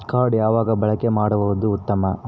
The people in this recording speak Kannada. ಕಾರ್ಡ್ ಯಾವಾಗ ಬಳಕೆ ಮಾಡುವುದು ಉತ್ತಮ?